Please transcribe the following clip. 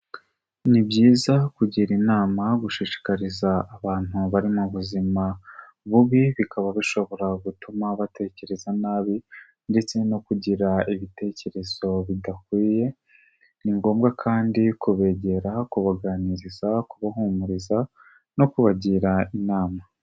Ni byiza kugira inama, gushishikariza abantu bari mu buzima bubi bikaba bishobora gutuma batekereza nabi ndetse no kugira ibitekerezo bidakwiye, ni ngombwa kandi kubegera, kubaganiriza, kubahumuriza no kubagira inama.